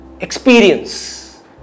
Experience